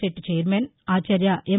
set chairman Acharya M